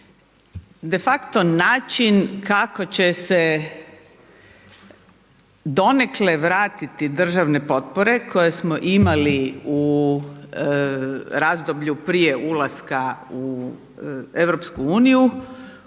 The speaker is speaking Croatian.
de facto način kako će se donekle vratiti državne potpore koje smo imali u razdoblju prije ulaska u EU